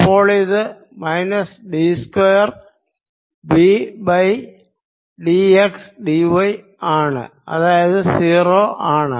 അപ്പോളിത് minus d square V by d x d y ആണ് അതായത് 0 ആണ്